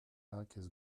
herkes